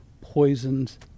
poisons